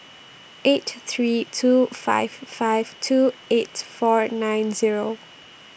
eight three two five five two eight four nine Zero